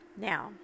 Now